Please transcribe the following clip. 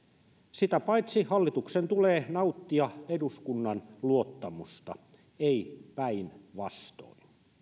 sitä paitsi hallituksen tulee nauttia eduskunnan luottamusta ei päinvastoin